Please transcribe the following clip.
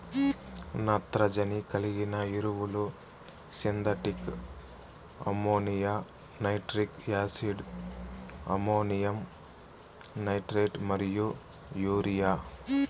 నత్రజని కలిగిన ఎరువులు synthetic ammonia, nitric acid, ammonium nitrate మరియు యూరియా